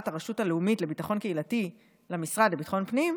הרשות הלאומית לביטחון קהילתי למשרד לביטחון פנים,